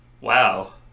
wow